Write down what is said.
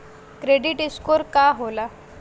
Credit score का होला?